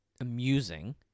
amusing